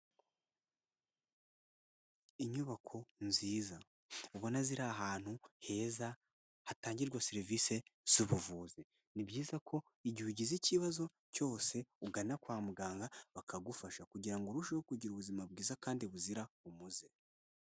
Inyubako nziza ubona ziri ahantu heza hatangirwa serivisi z'ubuvuzi, ni byiza ko igihe ugize ikibazo cyose ugana kwa muganga bakagufasha kugira ngo urusheho kugira ubuzima bwiza kandi buzira umuze.